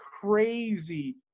crazy